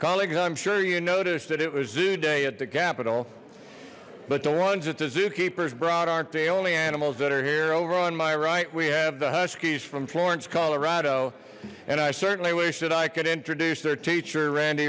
colleagues i'm sure you notice that it was zoo day at the capitol but the ones that the zoo keepers brought aren't the only animals that are here over on my right we have the huskies from florence colorado and i certainly wish that i could introduce their teacher randy